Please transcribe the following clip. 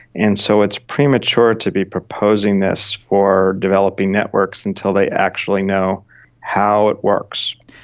and so it's premature to be proposing this for developing networks until they actually know how it works.